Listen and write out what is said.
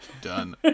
Done